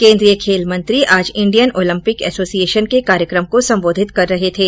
केन्द्रीय खेल मंत्री आज इंडियन ओलंपिक एसोसिऐशन के कार्यकम को संबांधित कर रहे थे